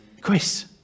Chris